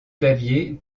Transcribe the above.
claviers